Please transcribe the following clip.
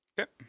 Okay